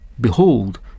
behold